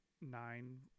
nine